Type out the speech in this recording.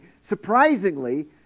surprisingly